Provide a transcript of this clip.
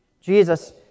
Jesus